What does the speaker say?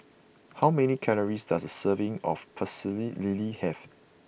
how many calories does a serving of Pecel Lele have